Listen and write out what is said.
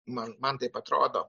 man man taip atrodo